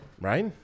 Right